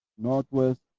Northwest